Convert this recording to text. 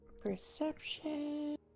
Perception